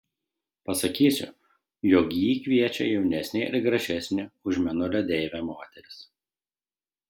pasakysiu jog jį kviečia jaunesnė ir gražesnė už mėnulio deivę moteris